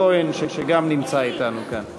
כולם מסכימים, אז אין צורך.